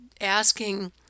asking